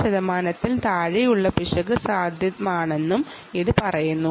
2 ശതമാനത്തിൽ താഴെയുള്ള എറർ സാധ്യമാണെന്നും ഇത് പറയുന്നു